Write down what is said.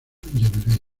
generation